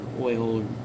oil